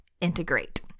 integrate